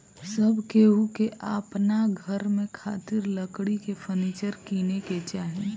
सब केहू के अपना घर में खातिर लकड़ी के फर्नीचर किने के चाही